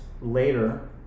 later